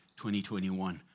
2021